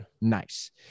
nice